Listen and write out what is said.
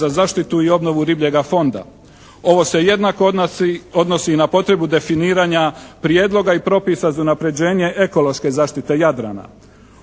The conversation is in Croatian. za zaštitu i obnovu ribljega fonda. Ovo se jednako odnosi i na potrebu definiranja prijedloga i propisa za unapređenje ekološke zaštite Jadrana.